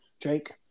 Drake